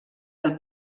del